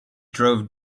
drove